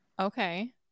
Okay